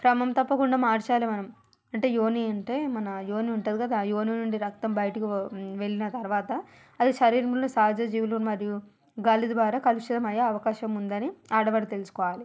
క్రమం తప్పకుండా మార్చాలి మనం అంటే యోని అంటే మన యోని ఉంటుంది కదా యోని నుండి రక్తం బయటకి పో వెళ్లిన తర్వాత అది శరీరంలో సహజ జీవులు మరియు గాలిద్వార కలుషితమయ్యే అవకాశముందని ఆడవారు తెలుసుకోవాలి